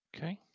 Okay